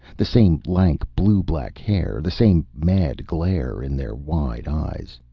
the same lank blue-black hair, the same mad glare in their wide eyes.